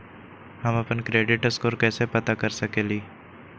हम अपन credit score कैसे पता कर सकेली?